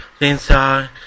inside